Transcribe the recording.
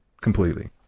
completely